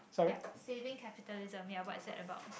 yup Saving Capitalism ya what I'm said about